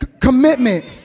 commitment